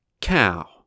Cow